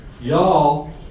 Y'all